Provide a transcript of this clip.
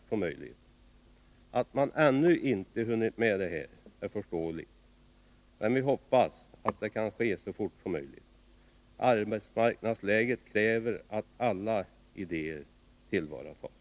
Att man ännu inte har hunnit med detta är förståeligt, men vi hoppas att det kan ske så snart som möjligt. Arbetsmarknadsläget kräver att alla idéer tillvaratas.